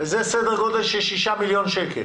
וזה סדר גודל של 6 מיליון שקל.